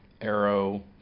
Arrow